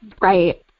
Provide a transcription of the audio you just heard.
Right